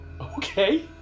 Okay